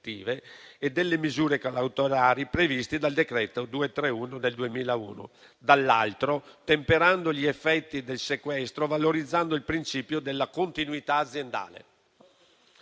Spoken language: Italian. e delle misure cautelari previste dal decreto legislativo n. 231 del 2001 e, dall'altro, temperando gli effetti del sequestro, valorizzando il principio della continuità aziendale.